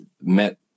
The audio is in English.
met